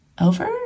over